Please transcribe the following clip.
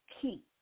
key